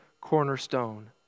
cornerstone